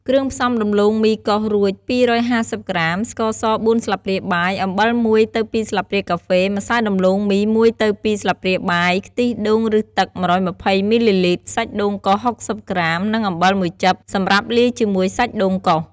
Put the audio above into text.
គ្រឿងផ្សំ ដំឡូងមីកោសរួច ២៥០ ក្រាម ស្ករស ៤ ស្លាបព្រាបាយ អំបិល ១ទៅ២ ស្លាបព្រាកាហ្វេ ម្សៅដំឡូងមី ១ទៅ២ ស្លាបព្រាបាយ ខ្ទិះដូង ឬ ទឹក ១២០ មីលីលីត្រ សាច់ដូងកោស ៦០ ក្រាម និងអំបិលមួយចិប សម្រាប់លាយជាមួយសាច់ដូងកោស។